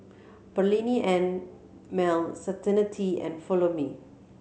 Perllini and Mel Certainty and Follow Me